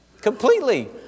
Completely